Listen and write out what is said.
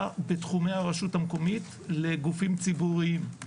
בתחומי הרשות המקומית לגופים ציבוריים.